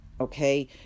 okay